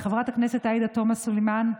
לחברת הכנסת עאידה תומא סלימאן,